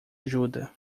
ajuda